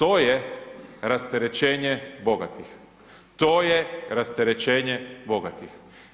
To je rasterećenje bogatih, to je rasterećenje bogatih.